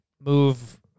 move